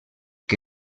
que